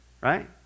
Right